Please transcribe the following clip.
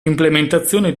implementazione